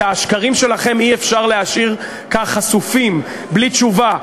את השקרים אי-אפשר להשאיר כך חשופים בלי תשובה,